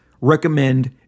recommend